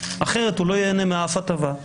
אחרת לא ייהנה מאף הטבה.